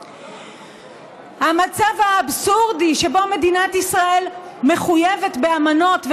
המצב האבסורדי שבו מדינת ישראל מחויבת באמנות,